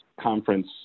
conference